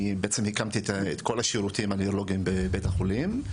אני בעצם הקמתי את כל השירותים הנוירולוגים בבית החולים.